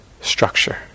structure